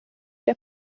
der